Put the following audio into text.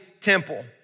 temple